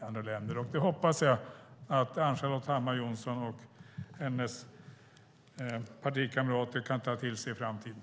Jag hoppas att Ann-Charlotte Hammar Johnsson och hennes partikamrater kan ta till sig detta i framtiden.